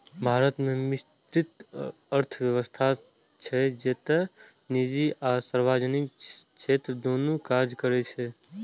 भारत मे मिश्रित अर्थव्यवस्था छै, जतय निजी आ सार्वजनिक क्षेत्र दुनू काज करै छै